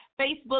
Facebook